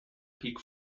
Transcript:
peak